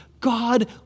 God